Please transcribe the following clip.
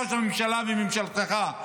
ראש הממשלה וממשלתך,